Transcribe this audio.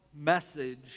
message